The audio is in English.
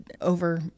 over